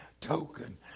token